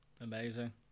Amazing